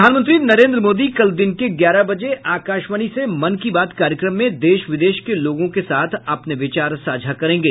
प्रधानमंत्री नरेन्द्र मोदी कल दिन के ग्यारह बजे आकाशवाणी से मन की बात कार्यक्रम में देश विदेश के लोगों के साथ अपने विचार साझा करेंगे